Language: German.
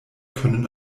können